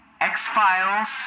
X-Files